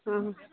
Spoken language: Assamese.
অঁ